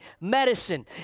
medicine